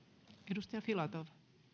arvoisa puhemies